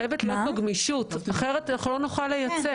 חייבת להיות כאן גמישות כי אחרת לא נוכל לייצא.